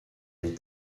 les